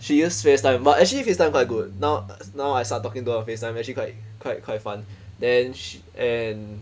she use Facetime but actually Facetime time quite uh good now now I start talking to her on Facetime actually quite quite quite fun then she and